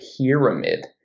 pyramid